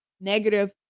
negative